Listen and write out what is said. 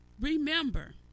remember